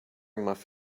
muff